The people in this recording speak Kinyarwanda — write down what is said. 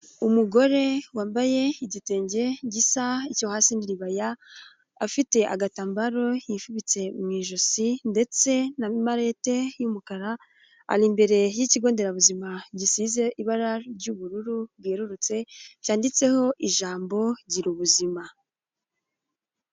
Umugore wambaye igitenge gisa icyo hasi n'iribaya afite agatambaro yifubitse mu ijosi ndetse na marete y'umukara ari imbere y'ikigo nderabuzima gisize ibara ry'ubururu bwererutse cyanditseho ijambo gira ubuzima.